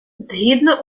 згідно